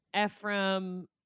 Ephraim